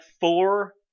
four